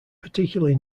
particularly